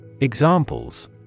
Examples